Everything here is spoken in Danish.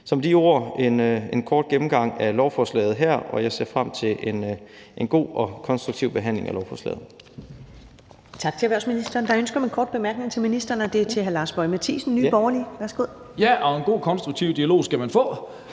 har jeg givet en kort gennemgang af lovforslaget her, og jeg ser frem til en god og konstruktiv behandling af lovforslaget.